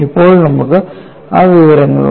ഇപ്പോൾ നമ്മൾക്ക് ആ വിവരങ്ങൾ ഉണ്ട്